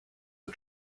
the